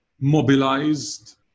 mobilized